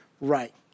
right